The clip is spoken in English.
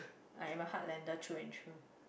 I am a heartlander through and through